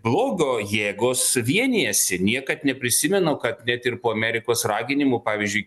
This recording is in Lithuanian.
blogio jėgos vienijasi niekad neprisimenu kad net ir po amerikos raginimų pavyzdžiui